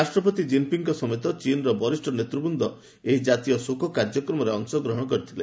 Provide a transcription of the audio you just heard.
ରାଷ୍ଟ୍ରପତି ଜିନ୍ପିଙ୍ଗ୍ଙ୍କ ସମେତ ଚୀନ୍ର ବରିଷ ନେତୃବୃନ୍ଦ ଏହି ଜାତୀୟ ଶୋକ କାର୍ଯ୍ୟକ୍ରମରେ ଅଂଶଗ୍ରହଣ କରିଥିଲେ